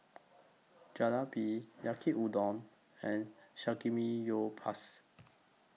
Jalebi Yaki Udon and Samgyeopsal